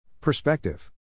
Perspective